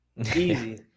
easy